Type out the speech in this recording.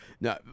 No